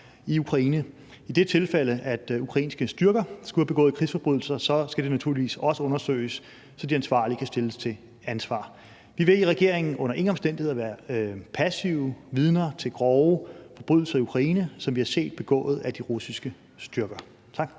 I det tilfælde, at ukrainske styrker skulle have begået krigsforbrydelser, skal det naturligvis også undersøges, så de ansvarlige kan stilles til ansvar. Vi vil i regeringen under ingen omstændigheder være passive vidner til grove forbrydelser i Ukraine, som vi har set begået af de russiske styrker. Tak.